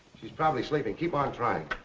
she's probably sleeping. keep on trying.